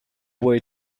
way